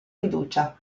fiducia